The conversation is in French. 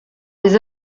des